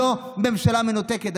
זו ממשלה מנותקת.